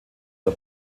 der